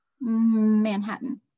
Manhattan